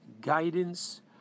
guidance